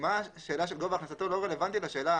השאלה של גובה הכנסתו לא רלוונטית לשאלה